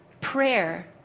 prayer